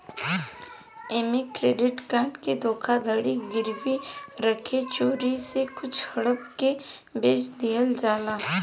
ऐमे credit card के धोखाधड़ी गिरवी रखे चोरी से कुछ हड़प के बेच दिहल जाला